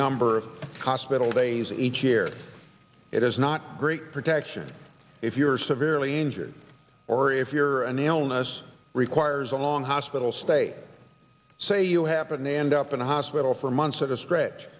number of hospitals days each year it is not great protection if you are severely injured or if you're an illness requires a long hospital stay say you happen to end up in a hospital for months at a stretch